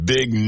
Big